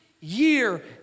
year